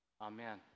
Amen